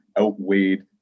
outweighed